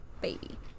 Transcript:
baby